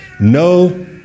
No